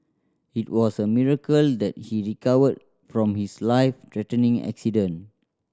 it was a miracle that he recovered from his life threatening accident